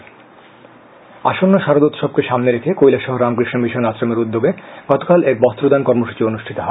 সামাজিক কর্মসূচি আসল্ল শারদোৎসবকে সামনে রেখে কৈলাসহর রামকৃষ্ণ মিশন আশ্রমের উদ্যোগে গতকাল এক বস্ত্রদান কর্মসূচি অনুষ্ঠিত হয়